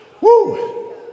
Woo